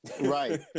Right